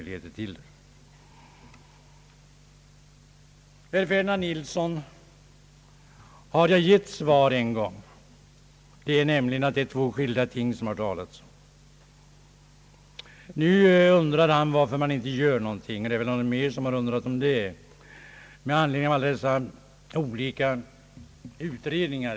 Herr Ferdinand Nilsson har jag svarat en gång och då framhöll jag att det var två olika ting som diskussionen gällde. Nu undrar han varför ingenting görs med anledning av alla de utredningar som har nämnts, och ytterligare någon talare har frågat detsamma.